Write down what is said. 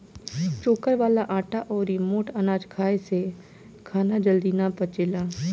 चोकर वाला आटा अउरी मोट अनाज खाए से खाना जल्दी ना पचेला